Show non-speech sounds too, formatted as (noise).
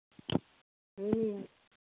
(unintelligible)